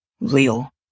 real